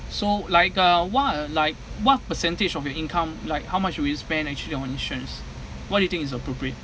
so like a wha~ like what percentage of your income like how much you will spend actually on insurance what do you think is appropriate